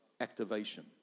activation